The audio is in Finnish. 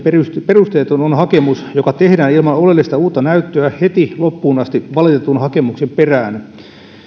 perusteeton ole hakemus joka tehdään ilman oleellista uutta näyttöä heti loppuun asti valitetun hakemuksen perään